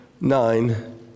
nine